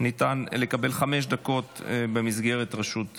ניתן לקבל חמש דקות במסגרת רשות דיבור.